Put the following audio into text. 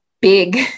big